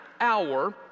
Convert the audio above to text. hour